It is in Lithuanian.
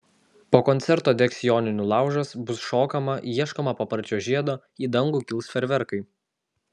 po koncerto degs joninių laužas bus šokama ieškoma paparčio žiedo į dangų kils fejerverkai